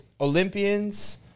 Olympians